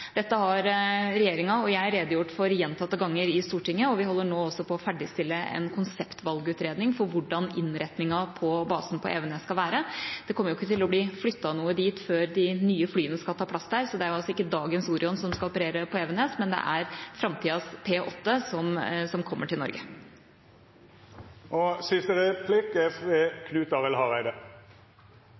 Dette har regjeringa og jeg redegjort for gjentatte ganger i Stortinget, og vi holder nå også på å ferdigstille en konseptvalgutredning for hvordan innretningen på basen på Evenes skal være. Det kommer ikke til å bli flyttet noe dit før de nye flyene skal ta plass der, så det er altså ikke dagens Orion som skal operere på Evenes, men det er framtidas P-8 som kommer til Norge.